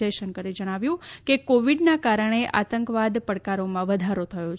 જયશંકરે જણાવ્યું કે કોવિડના કારણે આતંકવાદ પડકારોમાં વધારો થયો છે